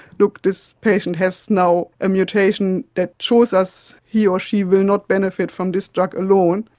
look, this patient has now a mutation that shows us he or she will not benefit from this drug alone.